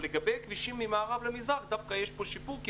לגבי כבישים ממערב למזרח דווקא יש פה שיפור כי